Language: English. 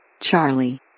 Charlie